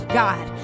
god